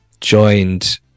joined